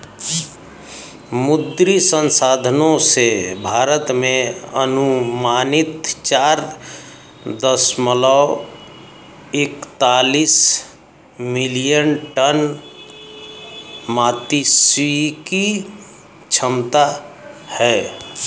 मुद्री संसाधनों से, भारत में अनुमानित चार दशमलव एकतालिश मिलियन टन मात्स्यिकी क्षमता है